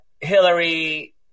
Hillary